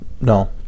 No